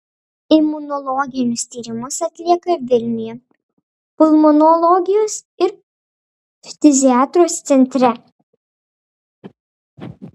imunologinius tyrimus atlieka vilniuje pulmonologijos ir ftiziatrijos centre